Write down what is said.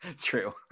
True